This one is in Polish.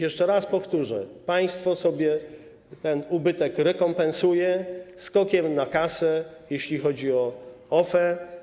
Jeszcze raz powtórzę: państwo sobie ten ubytek rekompensuje skokiem na kasę, jeśli chodzi o OFE.